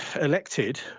Elected